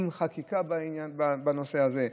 עם חקיקה בעניין הזה,